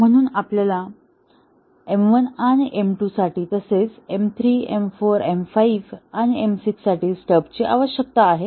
म्हणून आपल्याला M1 आणि M2 साठी तसेच M3 M4 M5 आणि M6 साठी स्टबची आवश्यकता आहे